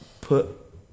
put